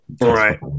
Right